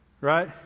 right